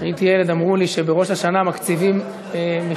כשהייתי ילד אמרו לי שבראש השנה מקציבים מכסה